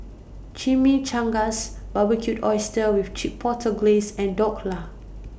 Chimichangas Barbecued Oysters with Chipotle Glaze and Dhokla